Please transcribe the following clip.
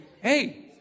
hey